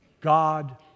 God